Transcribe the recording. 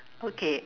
okay